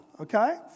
okay